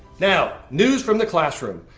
now, news from the classroom.